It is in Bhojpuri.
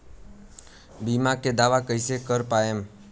बीमा के दावा कईसे कर पाएम?